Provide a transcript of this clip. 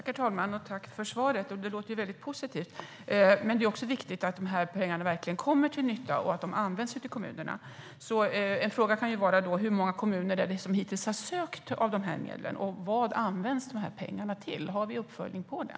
Herr talman! Jag tackar för svaret. Det låter ju väldigt positivt, men det är också viktigt att pengarna verkligen kommer till nytta och används ute i kommunerna. En fråga kan därför vara hur många kommuner det är som hittills har sökt medlen och vad pengarna används till. Har vi uppföljning på det?